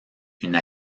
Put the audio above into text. une